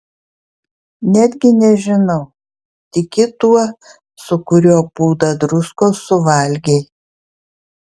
netgi nežinau tiki tuo su kuriuo pūdą druskos suvalgei